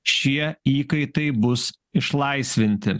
šie įkaitai bus išlaisvinti